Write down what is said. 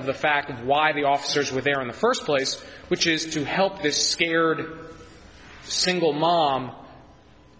of the fact of why the officers were there on the first place which is to help this scared single mom